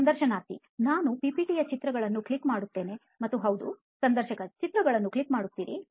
ಸಂದರ್ಶನಾರ್ಥಿ ನಾನು PPT ಯ ಚಿತ್ರಗಳನ್ನು ಕ್ಲಿಕ್ ಮಾಡುತ್ತೇನೆ ಮತ್ತು ಹೌದು ಸಂದರ್ಶಕ ಚಿತ್ರಗಳನ್ನು ಕ್ಲಿಕ್ ಮಾಡುತ್ತೀರಿ